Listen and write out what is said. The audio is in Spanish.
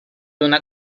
una